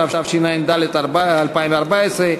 התשע"ד 2014,